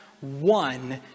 one